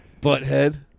butthead